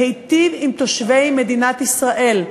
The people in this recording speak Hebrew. להיטיב עם תושבי מדינת ישראל,